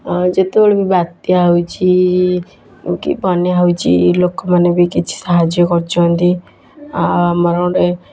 ଆଉ ଯେତେବେଳେ ବି ବାତ୍ୟା ହେଉଛି କି ବନ୍ୟା ହେଉଛି ଲୋକମାନେ ବି କିଛି ସାହାଯ୍ୟ କରୁଛନ୍ତି ଆଉ ଆମର ଗୋଟେ